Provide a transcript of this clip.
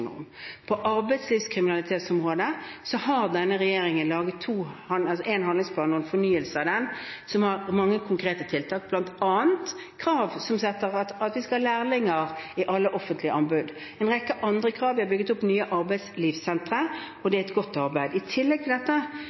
På arbeidslivskriminalitetsområdet har denne regjeringen laget en handlingsplan og en fornyelse av den som har mange konkrete tiltak, bl.a. krav om at vi skal ha lærlinger når det gjelder alle offentlige anbud. Det er også en rekke andre krav. Vi har bygget opp nye arbeidslivssentre, og det er et godt arbeid. I tillegg til dette